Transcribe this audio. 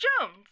Jones